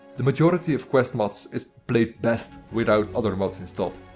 the majority of quest mods is played best without other mods installed.